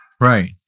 Right